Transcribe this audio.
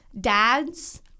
dads